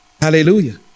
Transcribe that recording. Hallelujah